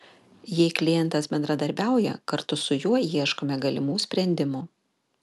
jei klientas bendradarbiauja kartu su juo ieškome galimų sprendimų